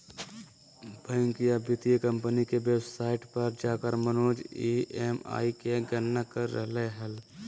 bank या वित्तीय company के वेबसाइट पर जाकर मनोज ई.एम.आई के गणना कर रहलय हल